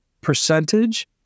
percentage